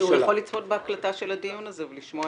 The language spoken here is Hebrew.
הוא יכול לצפות בהקלטה של הדיון הזה ולשמוע